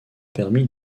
permis